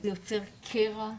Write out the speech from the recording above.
זה יוצר קרע,